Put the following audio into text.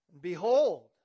Behold